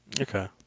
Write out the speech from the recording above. Okay